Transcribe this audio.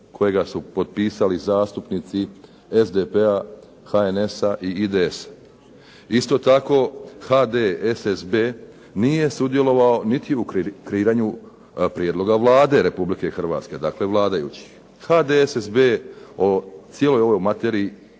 kojega su potpisali zastupnici SDP-a, HNS-a i IDS-a. Isto tako HDSSB nije sudjelovao niti u kreiranju prijedloga Vlade Republike Hrvatske, dakle vladajućih. HDSSB o cijeloj ovoj materiji